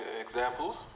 Examples